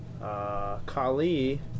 Kali